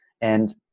and-